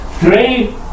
three